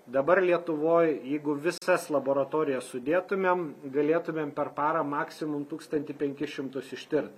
dabar lietuvoj jeigu visas laboratorijas sudėtumėm galėtumėm per parą maksimum tūkstantį penkis šimtus ištirt